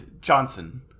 Johnson